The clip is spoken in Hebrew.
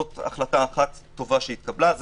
זו החלטה אחת טובה שהתקבלה.